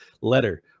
letter